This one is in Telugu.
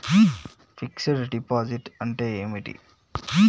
ఫిక్స్ డ్ డిపాజిట్ అంటే ఏమిటి?